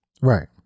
Right